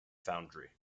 foundry